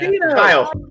Kyle